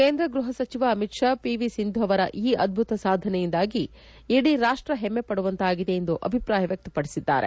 ಕೇಂದ್ರ ಗ್ನಹ ಸಚಿವ ಅಮಿತ್ ಷಾ ಪಿವಿ ಸಿಂಧು ಅವರ ಈ ಅದ್ಲುತ ಸಾಧನೆಯಿಂದಾಗಿ ಇಡೀ ರಾಷ್ಷ ಹೆಮ್ಮೆ ಪಡುವಂತಾಗಿದೆ ಎಂದು ಅಭಿಪ್ರಾಯ ವ್ಯಕ್ತಪಡಿಸಿದ್ದಾರೆ